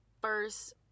first